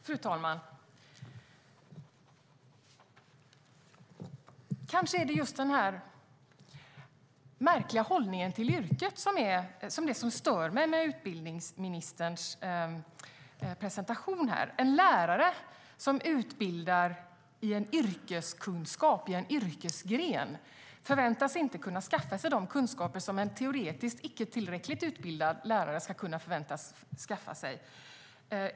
Fru talman! Kanske är det den märkliga hållningen till yrket som stör mig i utbildningsministerns presentation. En lärare som undervisar i yrkeskunskap eller i en yrkesgren förväntas inte kunna skaffa sig de kunskaper som en teoretiskt icke tillräckligt utbildad lärare förväntas skaffa sig.